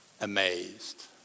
amazed